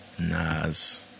Nas